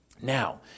Now